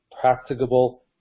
practicable